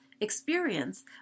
experience